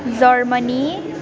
Germany